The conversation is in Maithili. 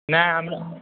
नहि हम